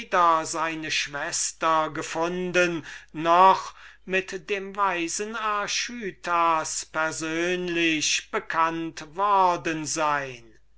seine schwester gefunden noch mit dem weisen archytas persönlich bekannt worden sein